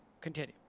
continue